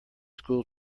school